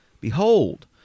behold